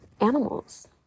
animals